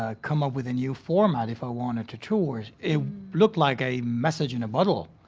ah come up with a new format if i wanted to tour. it looked like a message in a bottle.